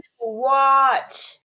watch